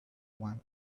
one